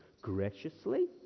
graciously